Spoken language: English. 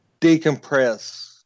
decompress